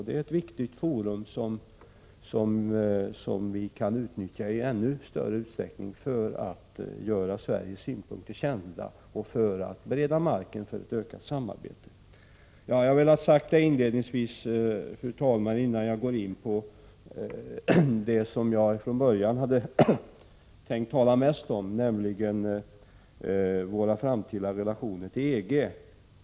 Det är ett viktigt forum som vi kan utnyttja i ännu större utsträckning för att göra Sveriges synpunkter kända och för att bereda marken för ökat samarbete. Jag ville, fru talman, ha detta sagt inledningsvis, innan jag går in på det som jag från början hade tänkt tala mest om, nämligen våra framtida relationer till EG.